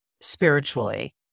spiritually